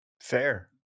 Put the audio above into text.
fair